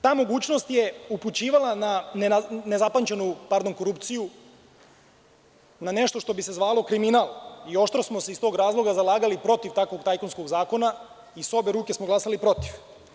Ta mogućnost je upućivala na nezapamćenu korupciju, na nešto što bi se zvalo kriminal i oštro smo se iz tog razloga zalagali protiv takvog tajkunskog zakona i sa obe ruke smo glasali protiv.